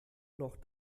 noch